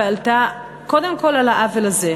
וגם עלתה קודם כול על העוול הזה.